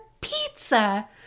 pizza